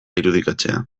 irudikatzea